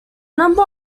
number